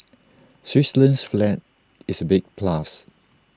Switzerland's flag is A big plus